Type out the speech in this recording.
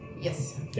Yes